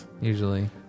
Usually